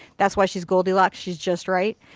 that's why she's goldilocks. she's just right.